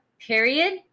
period